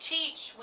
Teach